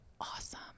awesome